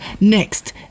next